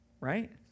Right